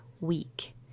week